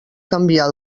canviar